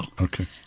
Okay